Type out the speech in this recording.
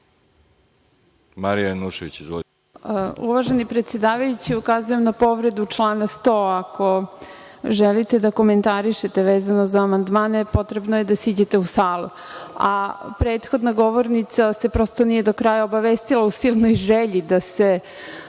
Marija Janjušević. Izvolite.